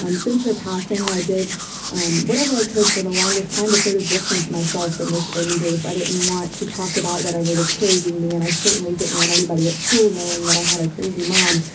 um since her passing, i did whatever i could for the longest time to sort of distance myself from this in-group. i didn't want to talk about whatever was plaguing me and i certainly didn't want anybody at school knowing that i had a crazy mom.